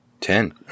Ten